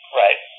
right